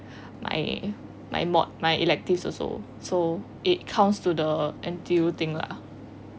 my my mod my electives also so it counts to the N_T_U thing lah